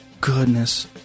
goodness